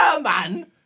man